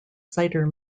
cider